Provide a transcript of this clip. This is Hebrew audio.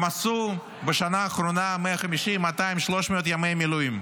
הם עשו בשנה האחרונה 150, 200, 300 ימי מילואים.